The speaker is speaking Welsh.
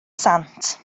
sant